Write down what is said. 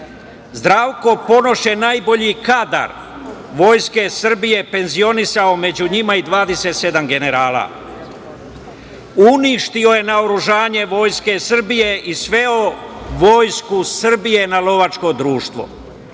Zdravko Ponoš je najbolji kadar Vojske Srbije, penzionisao među njima i 27 generala. Uništio je naoružanje Vojske Srbije i sveo Vojsku Srbije na lovačko društvo.